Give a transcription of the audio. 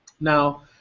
Now